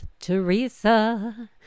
Teresa